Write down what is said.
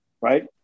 right